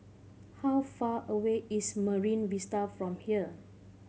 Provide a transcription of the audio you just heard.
how far away is Marine Vista from here